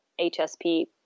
HSP